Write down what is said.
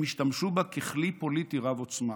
הם השתמשו בה ככלי פוליטי רב-עוצמה.